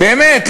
באמת,